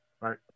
Right